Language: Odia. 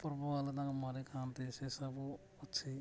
ପୂର୍ବବାଲା ତାଙ୍କୁ ମାରି ଖାଆନ୍ତି ସେ ସବୁ ଅଛି